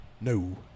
no